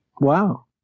Wow